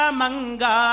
Manga